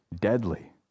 deadly